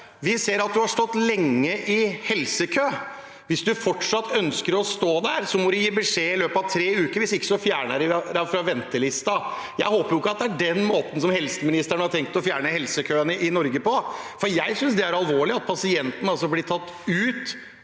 Vi ser at du har stått lenge i helsekø. Hvis du fortsatt ønsker å stå der, må du gi beskjed i løpet av tre uker. Hvis ikke fjerner vi deg fra ventelista. Jeg håper ikke at det er den måten helseministeren har tenkt å fjerne helsekøene i Norge på. Jeg synes det er alvorlig at pasientene blir tatt ut